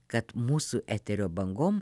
kad mūsų eterio bangom